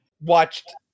watched